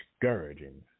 discouraging